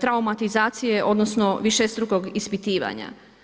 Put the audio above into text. traumatizacije odnosno višestrukog ispitivanja.